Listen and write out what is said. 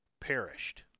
perished